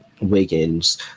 Wiggins